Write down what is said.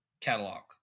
catalog